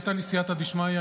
הייתה לי סייעתא דשמיא,